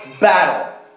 battle